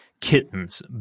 kittens